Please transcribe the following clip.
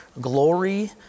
glory